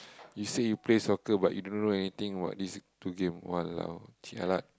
you say you play soccer but you don't know anything about these two game !walao! jialat